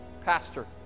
Pastor